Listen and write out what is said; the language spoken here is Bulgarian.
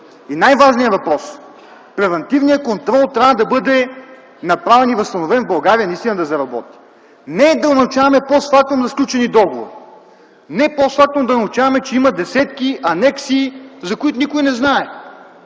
Най-важният въпрос – превантивният контрол трябва да бъде направен и възстановен в България наистина да заработи. Не да научаваме постфактум за сключени договори, не постфактум да научаваме, че има десетки анекси, за които никой не знае,